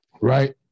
Right